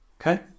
Okay